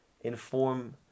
Inform